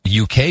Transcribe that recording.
UK